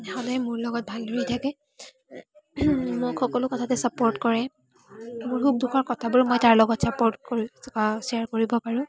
সদায় মোৰ লগত ভালদৰে থাকে মোক সকলো কথাতে চাপোৰ্ট কৰে মোৰ সুখ দুখৰ কথাবোৰ মই তাৰ লগত চাপোৰ্ট কৰো শ্বেয়াৰ কৰিব পাৰো